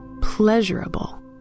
pleasurable